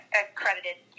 accredited